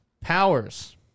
powers